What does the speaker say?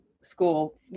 school